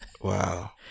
Wow